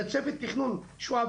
זה צוות תכנון שהוא,